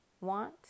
want